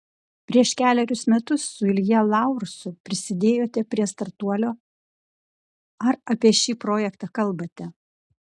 prieš kelerius metus su ilja laursu prisidėjote prie startuolio ar apie šį projektą kalbate